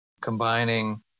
combining